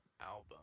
album